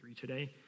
today